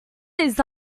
this